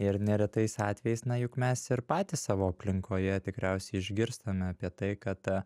ir neretais atvejais na juk mes ir patys savo aplinkoje tikriausiai išgirstame apie tai kad